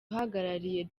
uhagarariye